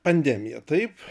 pandemija taip